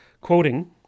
Quoting